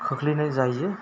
खोख्लैनाय जायो